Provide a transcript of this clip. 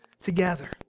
together